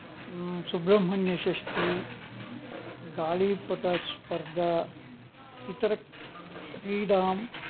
सुब्रह्मण्यषष्ठी गाळीपटस्पर्धा इतरक्रीडां